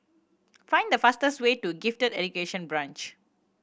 find the fastest way to Gifted Education Branch